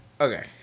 Okay